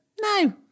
No